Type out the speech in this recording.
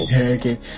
Okay